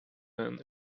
than